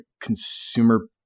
consumer